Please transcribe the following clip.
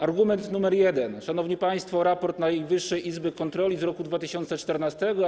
Argument nr 1, szanowni państwo - raport Najwyższej Izby Kontroli z roku 2014.